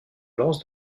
lance